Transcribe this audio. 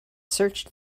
searched